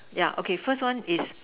yeah okay first one is